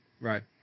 Right